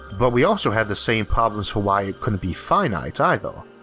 but we also had the same problems for why it couldn't be finite either,